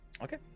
okay